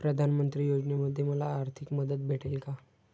प्रधानमंत्री योजनेमध्ये मला आर्थिक मदत भेटेल का?